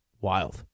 Wild